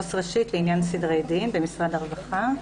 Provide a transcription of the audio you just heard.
אני עו"ס ראשית לעניין סדרי דין במשרד הרווחה.